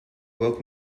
woke